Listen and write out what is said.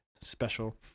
special